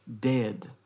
dead